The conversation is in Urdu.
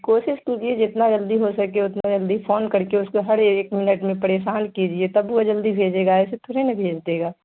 کوشش کیجیے جتنا جلدی ہو سکے اتنا جلدی فون کر کے اس کے ہر ایک منٹ میں پریشان کیجیے تب وہ جلدی بھیجے گا ایسے تھوڑی نا بھیج دے گا